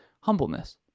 Humbleness